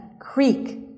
creek